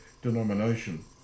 denomination